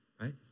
right